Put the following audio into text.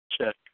Check